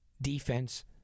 defense